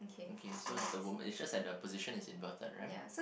okay so the woman it's just that the position is inverted